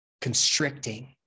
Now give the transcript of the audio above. constricting